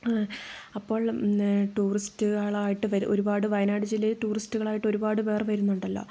അപ്പൊൾ ടൂറിസ്റ്റുകളായിട്ട് ഒരുപാട് വയനാട് ജില്ലയിൽ ടൂറിസ്റ്റുകളായിട്ട് ഒരുപാട് പേർ വരുന്നുണ്ടല്ലോ